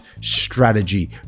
strategy